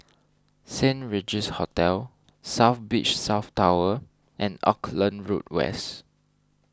Saint Regis Hotel South Beach South Tower and Auckland Road West